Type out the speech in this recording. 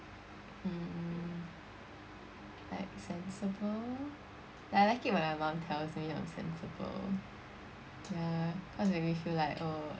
mm like sensible like I like it when my mum tells me I'm sensible ya because make me feel like oh